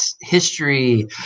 history